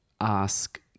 ask